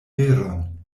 veron